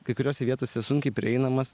kai kuriose vietose sunkiai prieinamas